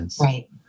right